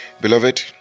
Beloved